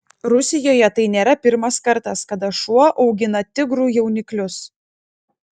rusijoje tai nėra pirmas kartas kada šuo augina tigrų jauniklius